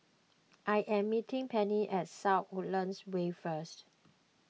I am meeting Penni at South Woodlands Way first